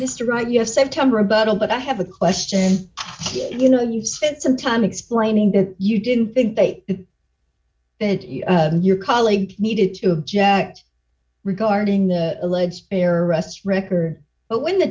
mr wright yes september about a but i have a question you know you spent some time explaining that you didn't think they are that your colleague needed to object regarding the alleged terror arrest record but when the